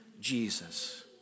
Jesus